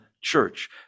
church